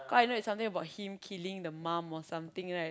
cause I know it's something about him killing the mom or something right